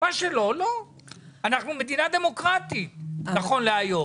לא מספיק שהוא נאלץ